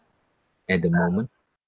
at the moment